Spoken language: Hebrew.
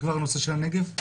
הנושא של הנגב התחיל כבר?